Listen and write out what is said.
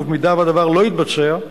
ואם הדבר לא יתבצע,